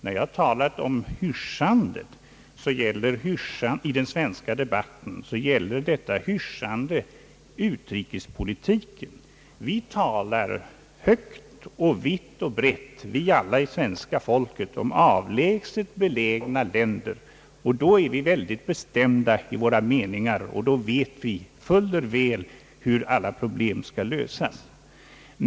När jag talar om hyssjandet i den svenska debatten, gäller detta hyssjande utrikespolitiken. Vi svenskar talar alla högt och vitt och brett om avlägset belägna länder, och då är vi mycket bestämda i våra uppfattningar och anser oss fuller väl veta hur alla problem skall lösas.